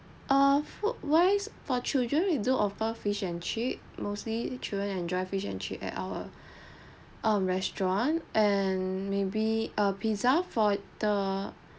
err food wise for children we do offer fish and chip mostly children enjoy fish and chip at our um restaurant and maybe a pizza for the